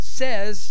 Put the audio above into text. says